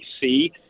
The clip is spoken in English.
see